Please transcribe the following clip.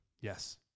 Yes